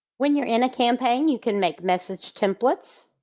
when you're in a campaign you can make message templates.